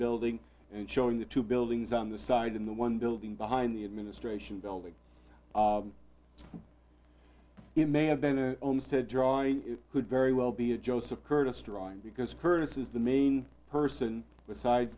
building and showing the two buildings on the side in the one building behind the administration building it may have been their own to draw any it could very well be a joseph curtis drawing because curtis is the main person